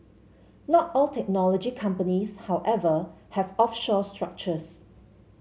not all technology companies however have offshore structures